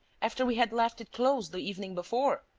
after we had left it closed the evening before!